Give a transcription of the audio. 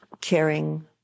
caring